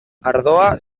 ardoa